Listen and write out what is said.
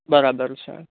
બરાબર છે